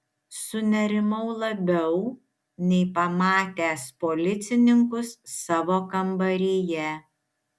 sunerimau labiau nei pamatęs policininkus savo kambaryje